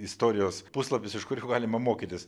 istorijos puslapis iš kurio galima mokytis